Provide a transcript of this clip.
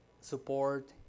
support